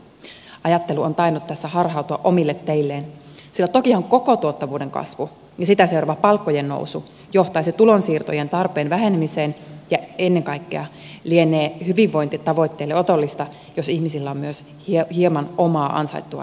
ajattelu on tainnut tässä harhautua omille teilleen sillä tokihan koko tuottavuuden kasvu ja sitä seuraava palkkojen nousu johtaisi tulonsiirtojen tarpeen vähenemiseen ja ennen kaikkea lienee hyvinvointitavoitteelle otollista jos ihmisillä on myös hieman omaa ansaittua rahaa käytössä